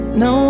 no